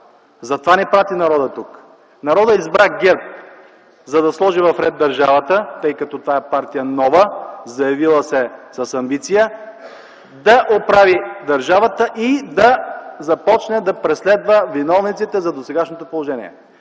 Затова ни прати народът тук. Народът избра ГЕРБ, за да сложи в ред държавата, тъй като това е партия нова, заявила се с амбиция да оправи държавата и да започне да преследва виновниците за досегашното положение.